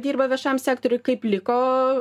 dirba viešam sektoriui kaip liko